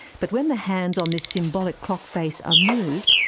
but when the hands on this symbolic clock face are moved,